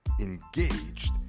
engaged